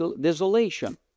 desolation